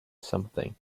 something